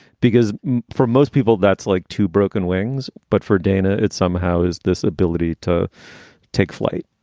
because for most people, that's like two broken wings. but for dana, it somehow is this ability to take flight